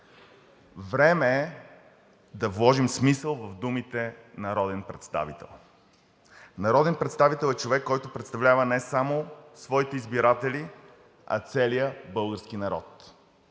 Време е да вложим смисъл в думите народен представител. Народен представител е човек, който представлява не само своите избиратели, а целия български народ.